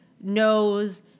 knows